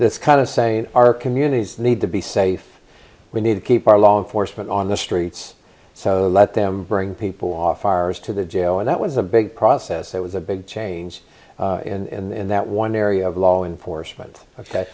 this kind of saying our communities need to be safe we need to keep our law enforcement on the streets so let them bring people off hours to the jail and that was a big process that was a big change in that one area of law enforcement